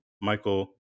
Michael